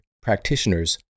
practitioners